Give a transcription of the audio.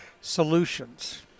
Solutions